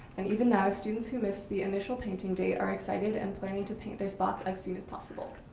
and even now, students who missed the initial painting day are excited and planning to paint their spots as soon as possible.